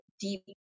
deep